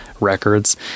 records